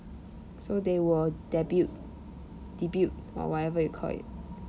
so they will debut debut or whatever you call it